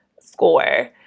score